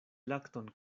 lakton